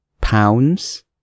pounds